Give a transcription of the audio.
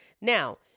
Now